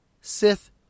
Sith